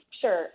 sure